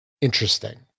interesting